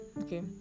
okay